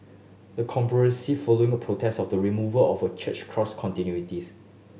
the following a protests of the removal of a church cross